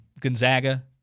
Gonzaga